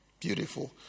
Beautiful